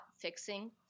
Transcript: fixing